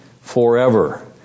forever